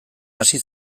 hasi